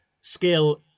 skill